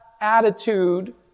attitude